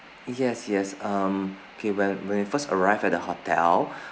yes yes um okay when when we first arrived at the hotel